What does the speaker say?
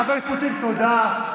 חבר הכנסת פטין, תודה.